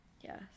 Yes